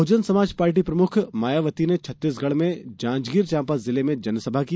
बहुजन Samaj party प्रमुख मायावती ने छत्तीासगढ़ में जांजगीर चांपा जिले में जनसभा की